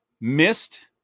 missed